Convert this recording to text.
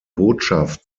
botschaft